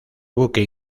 buque